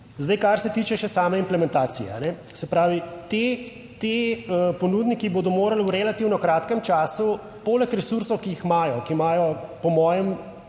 zdaj kar se tiče še same implementacije. Se pravi ti ponudniki bodo morali v relativno kratkem času poleg resursov, ki jih imajo, ki imajo po mojem,